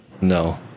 No